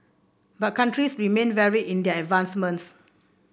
but countries remain varied in their advancements